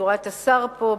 אני רואה את השר פה,